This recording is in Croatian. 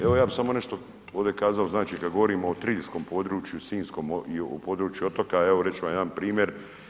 Evo, ja bih samo nešto ovde kazao, znači kad govorimo o triljskom području, sinjskom i o području otoka evo reći ću vam jedan primjer.